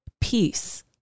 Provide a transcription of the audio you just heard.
Peace